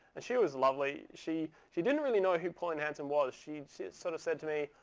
and she was lovely. she she didn't really know who pauline hanson was. she she sort of said to me,